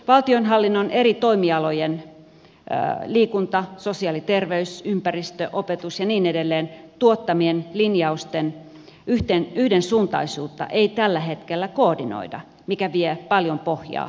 valtionhallinnon eri toimialojen liikunta sosiaali ja terveys ympäristö opetus ja niin edelleen tuottamien linjausten yhdensuuntaisuutta ei tällä hetkellä koordinoida mikä vie paljon pohjaa ja tehoa